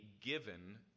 given